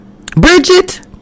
Bridget